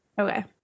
Okay